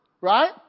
right